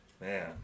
Man